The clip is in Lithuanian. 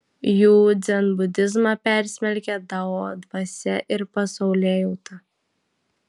jų dzenbudizmą persmelkia dao dvasia ir pasaulėjauta